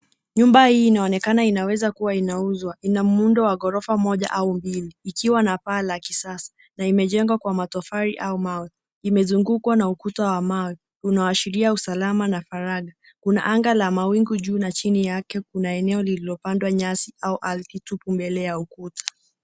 Nyumba hii inaonekana inaweza kuwa inauzwa. Ina muundo wa ghorofa moja au mbili ikiwa na paa la kisasa na imejengwa kwa matofali au mawe. Imezungukwa na ukuta wa mawe unaoashiria usalama na faragha. Kuna anga la mawingu juu na chini yake kuna eneo lililopandwa nyasi au alki tupu mbele ya ukuta.